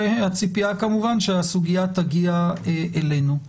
והציפייה כמובן שהסוגיה תגיע אלינו.